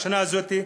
השנה הזאת,